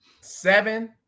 seven